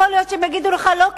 יכול להיות שהם יגידו לך לא,